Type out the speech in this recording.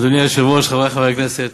אדוני היושב-ראש, חברי חברי הכנסת,